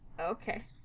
Okay